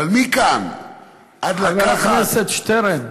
אבל מכאן עד, חבר הכנסת שטרן.